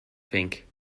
think